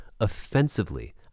offensively